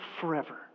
forever